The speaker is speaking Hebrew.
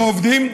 לא עובדים,